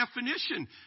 definition